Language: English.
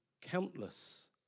countless